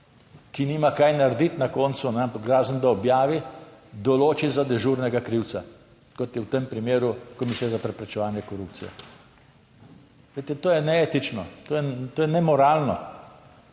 ki nima kaj narediti na koncu, razen da objavi, določi za dežurnega krivca, kot je v tem primeru Komisije za preprečevanje korupcije. Glejte, to je neetično, to je, to je nemoralno.